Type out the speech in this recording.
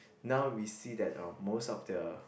now we see that uh most of the